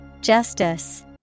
Justice